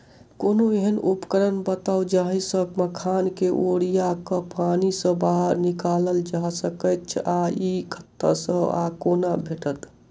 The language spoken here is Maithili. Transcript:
कोनों एहन उपकरण बताऊ जाहि सऽ मखान केँ ओरिया कऽ पानि सऽ बाहर निकालल जा सकैच्छ आ इ कतह सऽ आ कोना भेटत?